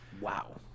Wow